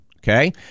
Okay